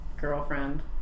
girlfriend